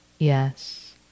Yes